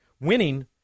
winning